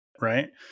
Right